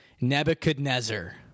Nebuchadnezzar